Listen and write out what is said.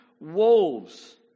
wolves